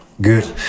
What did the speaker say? Good